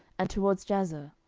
and toward jazer